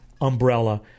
umbrella